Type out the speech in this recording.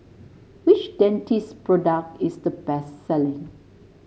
which Dentiste product is the best selling